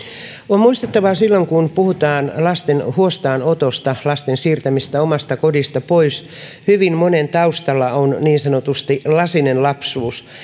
on muistettava silloin kun puhutaan lasten huostaanotosta lasten siirtämisestä omasta kodistaan pois että hyvin monen taustalla on niin sanotusti lasinen lapsuus